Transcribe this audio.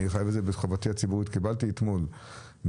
אני חייב את זה כחובתי הציבורית קיבלתי אתמול מכתב.